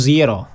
Zero